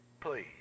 please